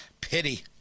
pity